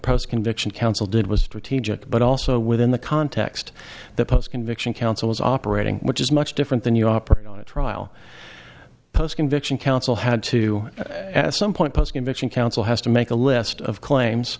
what conviction counsel did was strategic but also within the context that post conviction counsel is operating which is much different than you operate on a trial post conviction counsel had to at some point post conviction counsel has to make a list of claims